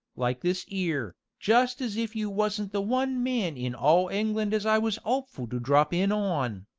like this ere, just as if you wasn't the one man in all england as i was opeful to drop in on.